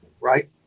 right